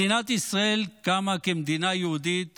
מדינת ישראל קמה כמדינה יהודית